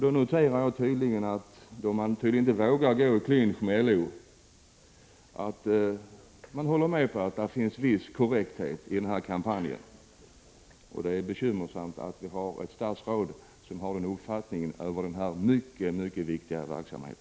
Då noterar jag att man tydligen inte vågar gå i clinch med LO utan håller med om att det finns en viss korrekthet i kampanjen. Det är bekymmersamt att vi har ett statsråd med en sådan uppfattning beträffande denna mycket viktiga verksamhet.